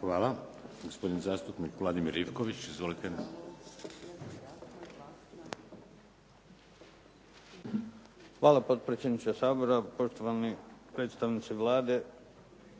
Hvala. Gospodin zastupnik Vladimir Ivković. Izvolite. **Ivković, Vladimir (HDZ)** Hvala potpredsjedniče Sabora. Poštovani predstavnici Vlade,